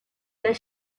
does